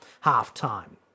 half-time